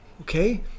okay